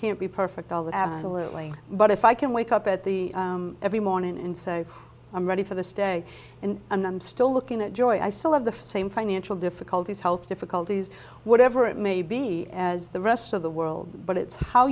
can't be perfect all that absolutely but if i can wake up at the every morning and say i'm ready for this day and i'm i'm still looking at joy i still have the same financial difficulties health difficulties whatever it may be as the rest of the world but it's how